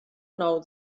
nou